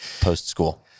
post-school